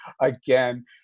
again